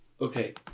Okay